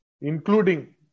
including